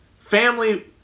family